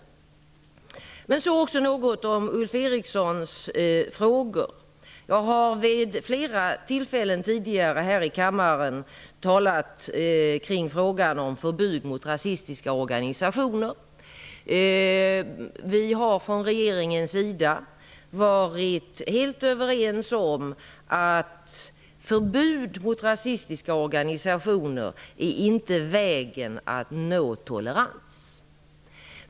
Så också något om Ulf Erikssons frågor. Jag har vid flera tillfällen här i kammaren talat kring frågan om förbud mot rasistiska organisationer. Vi i regeringen har varit helt överens om att förbud mot rasistiska organisationer inte är vägen att nå tolerans.